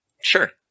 Sure